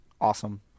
awesome